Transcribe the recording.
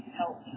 help